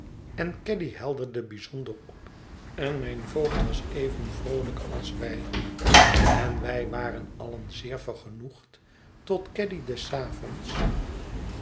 en caddy helderde bijzonder op en mijn voogd was even vroolijk als wij en wij waren allen zeer vergenoegd tot caddy des avonds